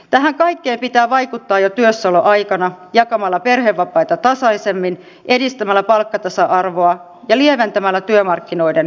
tähän kaikkeen pitää vaikuttaa jo työssäoloaikana jakamalla perhevapaita tasaisemmin edistämällä palkkatasa arvoa ja lieventämällä työmarkkinoiden eriytymistä